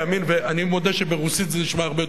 ואני מודה שברוסית זה נשמע הרבה יותר טוב